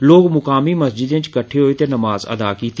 लोक मकामी मसीतें च किट्ठे होए ते नमाज अदा कीती